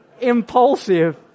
impulsive